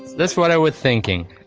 that's what i was thinking.